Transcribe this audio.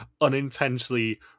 unintentionally